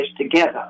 together